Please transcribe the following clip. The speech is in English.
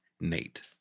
Nate